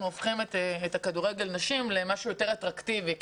הופכים את כדורגל הנשים למשהו יותר אטרקטיבי.